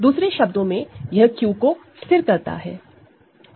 दूसरे शब्दों में यह Q को स्थिर करता है